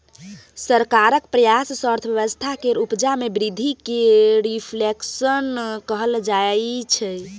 सरकारक प्रयास सँ अर्थव्यवस्था केर उपजा मे बृद्धि केँ रिफ्लेशन कहल जाइ छै